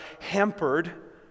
hampered